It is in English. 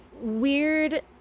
weird